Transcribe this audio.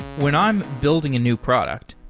when i'm building a new product,